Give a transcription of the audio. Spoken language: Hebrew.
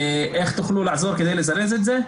איך תוכלו לעזור כדי לזרז את זה?